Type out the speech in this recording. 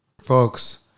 Folks